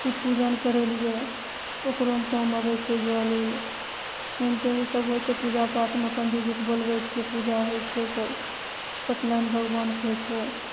शिव पूजन करेलियै ओकरोमे काम आबय छै जल उल मेंटेन ईसब होइ छै पूजा पाठमे पण्डी जीके बोलबय छियै पूजा होइ छै सब सत्यनारायण भगवानके होइ छै